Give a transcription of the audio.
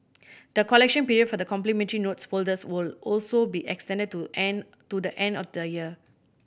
the collection period for the complimentary notes folders will also be extended to end to the end of the year